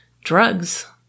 drugs